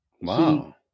Wow